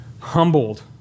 humbled